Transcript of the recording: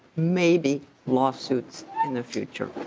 maybe lawsuits in the future.